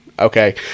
Okay